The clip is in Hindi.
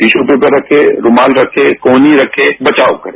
टिशू पेपर रखें रूमाल रखे कोहनी रखे बचाव करे